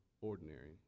ordinary